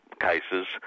cases